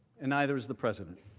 and neither is the president.